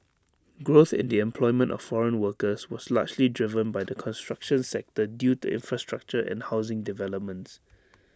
growth in the employment of foreign workers was largely driven by the construction sector due to infrastructure and housing developments